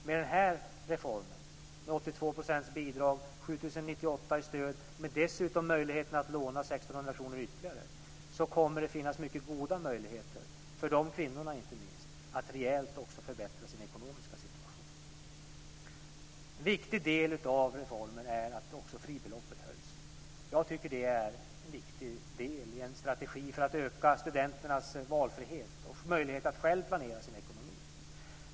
Med den här reformen, med ett bidrag på 82 %, 7 098 i stöd och dessutom möjligheten att låna 1 600 kr ytterligare, kommer det att finnas mycket goda möjligheter för inte minst dessa kvinnor att rejält förbättra sin ekonomiska situation. Jag tycker att det är en viktig del i en strategi för att öka studenternas valfrihet och möjlighet att själv planera sin ekonomi.